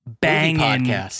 banging